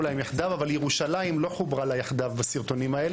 ירושלים לא חוברה יחדיו בסרטונים האלה,